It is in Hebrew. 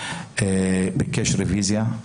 ביקש רביזיה.